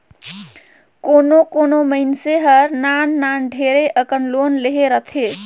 कोनो कोनो मइनसे हर नान नान ढेरे अकन लोन लेहे रहथे